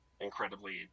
incredibly